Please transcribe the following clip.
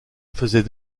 faisait